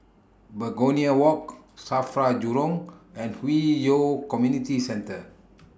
Begonia Walk SAFRA Jurong and Hwi Yoh Community Centre